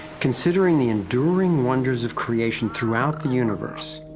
considering the enduring wonders of creation throughout the universe,